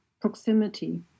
proximity